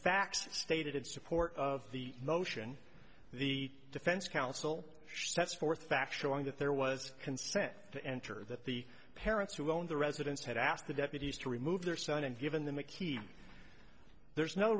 facts stated in support of the motion the defense counsel sets forth back showing that there was consent to enter that the parents who owned the residence had asked the deputies to remove their son and given them a key there's no